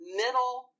middle